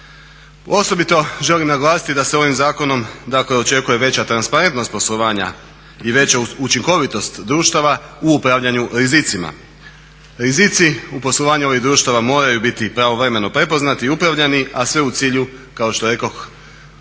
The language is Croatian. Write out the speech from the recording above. Osobito želim naglasiti da se ovim zakonom dakle očekuje veća transparentnost poslovanja i veća učinkovitost društava u upravljanja rizicima. Rizici u poslovanju ovih društava moraju biti pravovremeno prepoznati i upravljani, a sve u cilju kao što rekoh